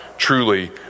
truly